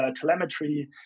telemetry